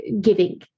giving